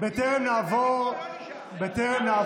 בטרם נעבור להצבעה